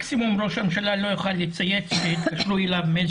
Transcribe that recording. מקסימום ראש הממשלה לא יוכל לצייץ כשיתקשרו אליו מאיזה